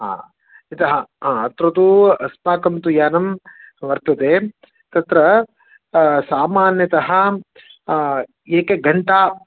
हा यतः अत्र तु अस्माकं तु यानं वर्तते तत्र सामान्यतः एकघण्टा